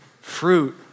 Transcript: fruit